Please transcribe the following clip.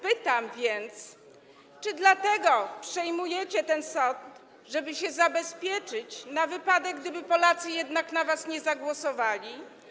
Pytam więc, czy dlatego przejmujecie ten sąd, żeby się zabezpieczyć na wypadek, gdyby Polacy jednak na was nie zagłosowali.